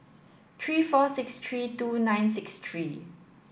three four six three two nine six three